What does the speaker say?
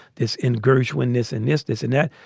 this in gershwin, this and this, this and that.